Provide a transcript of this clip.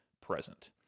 present